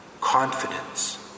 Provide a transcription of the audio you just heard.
Confidence